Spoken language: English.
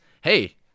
hey